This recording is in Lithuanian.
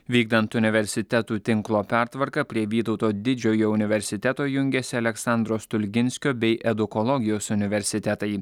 vykdant universitetų tinklo pertvarką prie vytauto didžiojo universiteto jungiasi aleksandro stulginskio bei edukologijos universitetai